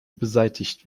beseitigt